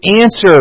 answer